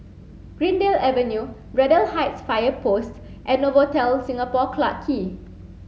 Greendale Avenue Braddell Heights Fire Post and Novotel Singapore Clarke Quay